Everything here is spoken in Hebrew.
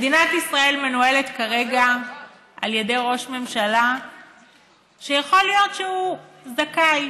מדינת ישראל מנוהלת כרגע על ידי ראש ממשלה שיכול להיות שהוא זכאי,